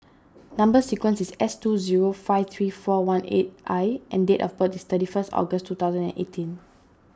Number Sequence is S two zero five three four one eight I and date of birth is thirty first August two thousand and eighteen